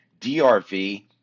DRV